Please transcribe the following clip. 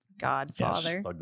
Godfather